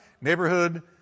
neighborhood